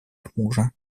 chmurze